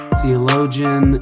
theologian